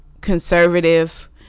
conservative